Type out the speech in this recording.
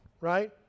right